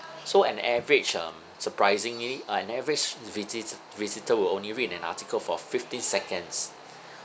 so an average um surprisingly uh an average visit~ visitor will only read an article for fifteen seconds